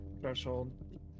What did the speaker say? Threshold